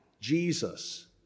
Jesus